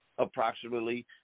approximately